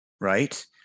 right